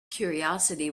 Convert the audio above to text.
curiosity